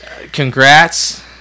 congrats